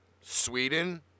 Sweden